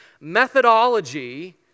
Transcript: methodology